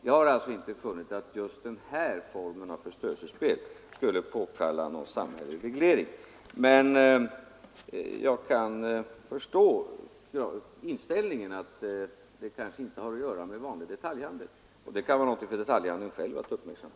Jag har inte funnit att just den här formen av förströelsespel skulle påkalla någon samhällelig reglering. Men jag kan förstå inställningen att dessa spel kanske inte har att göra med vanlig detaljhandel, och det kan vara något för detaljhandeln själv att uppmärksamma.